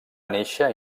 néixer